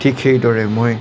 ঠিক সেইদৰে মই